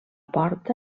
porta